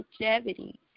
longevity